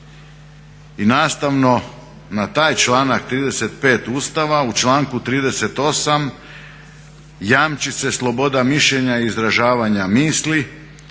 I nastavno na taj članak 35. Ustava u članku 38. jamči se sloboda mišljenja i izražavanja misli,